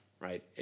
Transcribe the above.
right